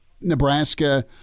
Nebraska